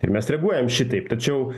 ir mes reaguojam šitaip tačiau